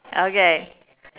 okay